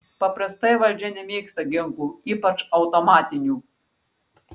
paprastai valdžia nemėgsta ginklų ypač automatinių